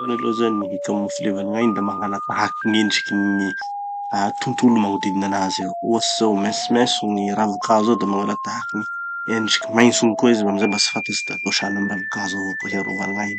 Voalohany aloha zany gny hikamoflevany gn'ainy da mangala tahaky gn'endrikin'ny gny ah tontolo magnodidina anazy eo. Ohatsy zao maintsomaintso gny ravi-kazo eo, da mangala tahaky gny endriky maintso igny koa izy mba amizay mba tsy fantatsy da ho sahala amy ravi-kazo avao koa mba hiarovany gn'ainy.